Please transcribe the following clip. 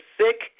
sick